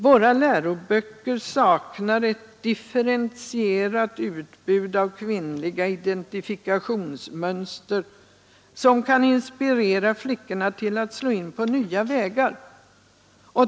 Våra läroböcker saknar ett differentierat utbud av kvinnliga identifikationsmönster som kan inspirera flickorna till att slå in på nya vägar.